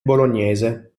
bolognese